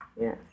Yes